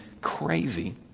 crazy